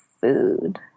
food